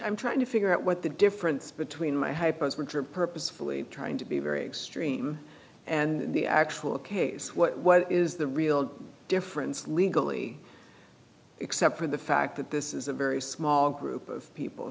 i'm trying to figure out what the difference between my hypos which are purposefully trying to be very extreme and the actual case what is the real difference legally except for the fact that this is a very small group of people